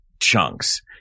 Chunks